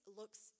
looks